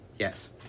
Yes